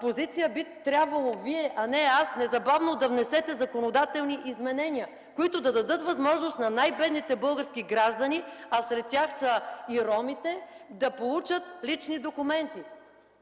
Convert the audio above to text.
позиция, би трябвало Вие, а не аз незабавно да внесете законодателни изменения, които да дадат възможност на най-бедните български граждани, а сред тях са и ромите, да получат лични документи.